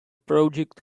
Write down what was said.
project